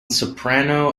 soprano